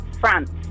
France